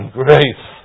grace